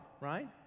Right